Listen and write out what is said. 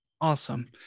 Awesome